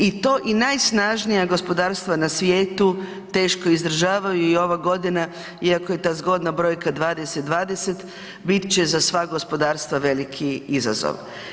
I to i najsnažnija gospodarstva na svijetu teško izdržavaju i ova godina, iako je ta zgodna brojka 2020 bit će za sva gospodarstva veliki izazov.